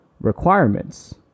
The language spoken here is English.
Requirements